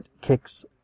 kicks